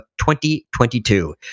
2022